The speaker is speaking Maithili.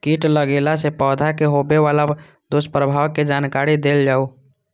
कीट लगेला से पौधा के होबे वाला दुष्प्रभाव के जानकारी देल जाऊ?